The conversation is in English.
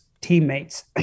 teammates